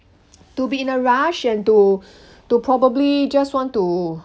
to be in a rush and to to probably just want to